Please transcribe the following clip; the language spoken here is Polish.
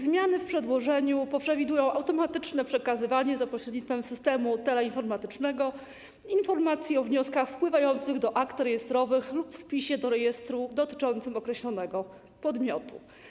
Zmiany w przedłożeniu przewidują automatyczne przekazywanie za pośrednictwem systemu teleinformatycznego informacji o wnioskach wpływających do akt rejestrowych lub wpisie do rejestru dotyczącym określonego podmiotu.